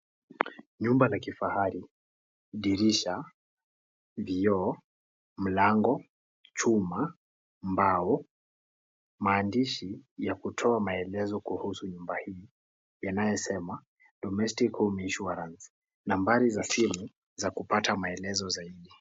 Nyumba la kifahari, dirisha, vioo, mlango chuma mbao. Maandishi ya kutoa maelezo kuhusu nyumba hii yanayosema domestic home insurance nambari za simu za kupata maelezo zaidi.